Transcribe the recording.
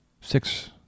six